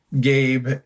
Gabe